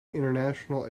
international